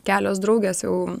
kelios draugės jau